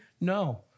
No